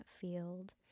field